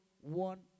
one